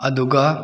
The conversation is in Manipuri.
ꯑꯗꯨꯒ